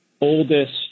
oldest